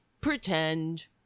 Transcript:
pretend